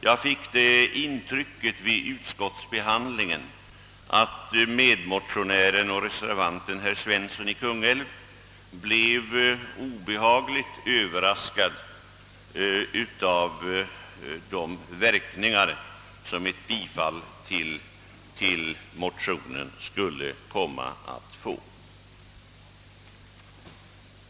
Jag fick det intrycket vid utskottsbehandlingen, att medmotionären och reservanten herr Svensson i Kungälv blev obehagligt överraskad, när han kom underfund med vilka verkningar ett bifall till motionen skulle komma att få.